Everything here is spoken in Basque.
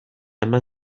eman